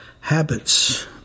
habits